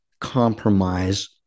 compromise